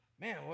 man